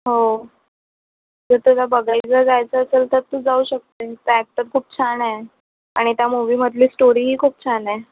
हो जर तुला बघायचं जायचं असेल तर तू जाऊ शकते पॅक तर खूप छान आहे आणि त्या मूव्हीमधली स्टोरीही खूप छान आहे